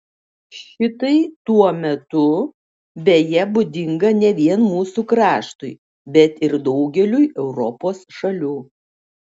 šitai tuo metu beje būdinga ne vien mūsų kraštui bet ir daugeliui europos šalių